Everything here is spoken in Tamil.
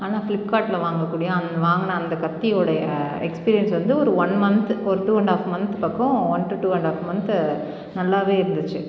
ஆனால் பிலிப் கார்ட்டில் வாங்கக்கூடிய வாங்குன அந்த கத்தி உடைய எக்ஸ்பீரியன்ஸ் வந்து ஒரு ஒன் மந்த் ஒரு டூ அண்ட் ஆஃப் மந்த் பக்கம் one two two and half month நல்லாவே இருந்துச்சு